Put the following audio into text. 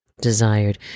desired